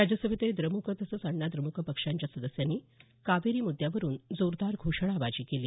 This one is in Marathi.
राज्यसभेतही द्रमुक तसंच अण्णाद्रमुक पक्षाच्या सदस्यांनी कावेरी मुद्यावरुन जोरदार घोषणाबाजी केली